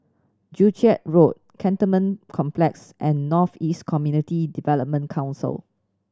Joo Chiat Road Cantonment Complex and North East Community Development Council